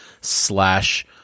slash